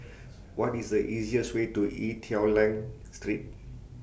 What IS The easiest Way to Ee Teow Leng Street